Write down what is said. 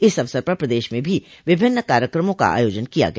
इस अवसर पर प्रदेश में भी विभिन्न कार्यकमों का आयोजन किया गया